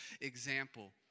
example